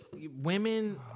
Women